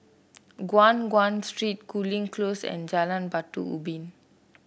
Guan Chuan Street Cooling Close and Jalan Batu Ubin